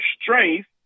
strength